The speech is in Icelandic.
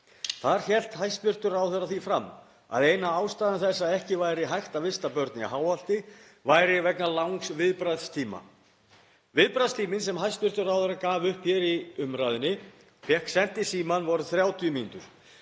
Þar hélt hæstv. ráðherra því fram að ein af ástæðum þess að ekki væri hægt að vista börn í Háholti væri vegna langs viðbragðstíma. Viðbragðstíminn sem hæstv. ráðherra gaf upp hér í umræðunni, fékk sent í símann, voru 30 mínútur;